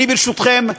ברשותכם,